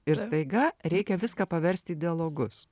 ir staiga reikia viską paverst į dialogus